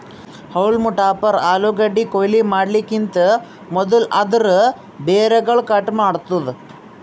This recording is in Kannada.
ಹೌಲ್ಮ್ ಟಾಪರ್ ಆಲೂಗಡ್ಡಿ ಕೊಯ್ಲಿ ಮಾಡಕಿಂತ್ ಮದುಲ್ ಅದೂರ್ ಬೇರುಗೊಳ್ ಕಟ್ ಮಾಡ್ತುದ್